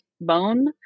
bone